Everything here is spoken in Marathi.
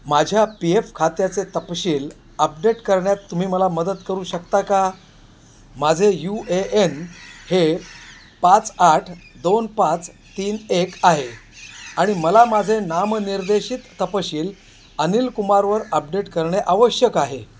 माझ्या पी एफ खात्याचे तपशील अपडेट करण्यात तुम्ही मला मदत करू शकता का माझे यू ए एन हे पाच आठ दोन पाच तीन एक आहे आणि मला माझे नामनिर्देशित तपशील अनिल कुमारवर अपडेट करणे आवश्यक आहे